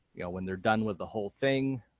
you know when they're done with the whole thing,